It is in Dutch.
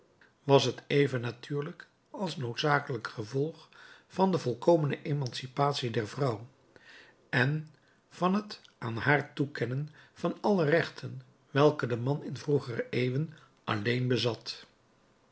was het even natuurlijk als noodzakelijk gevolg van de volkomene emancipatie der vrouw en van het aan haar toekennen van alle rechten welke de man in vroegere eeuwen alleen bezat